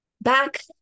back